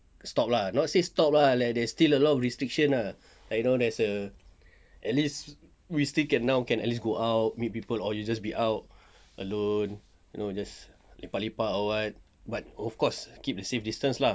stop lah not say stop lah like there's still a lot of restriction ah I know there's a at least we still can now can at least go out meet people or you just be out alone you know just lepak lepak or what but of course keep a safe distance lah